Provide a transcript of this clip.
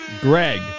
Greg